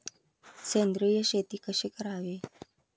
सेंद्रिय शेती कशी करावी?